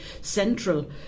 central